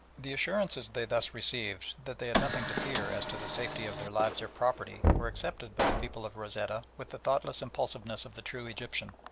the assurances they thus received that they had nothing to fear as to the safety of their lives or property were accepted by the people of rosetta with the thoughtless impulsiveness of the true egyptian.